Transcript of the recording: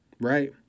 right